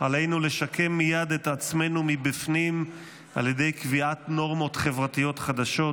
עלינו לשקם מייד את עצמנו מבפנים על ידי קביעת נורמות חברתיות חדשות,